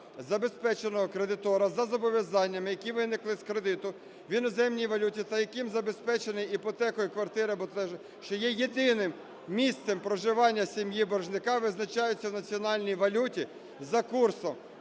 забезпеченого кредитора за зобов'язаннями, які виникли з кредиту в іноземній валюті та яким забезпечено іпотекою квартира або… що є єдиним місцем проживання сім'ї боржника, визначаються в національній валюті за курсом,